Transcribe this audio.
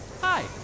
Hi